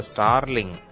Starling